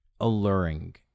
alluring